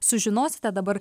sužinosite dabar